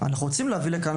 אנחנו רוצים להביא לכאן,